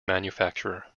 manufacturer